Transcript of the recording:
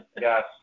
Yes